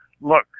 Look